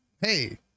hey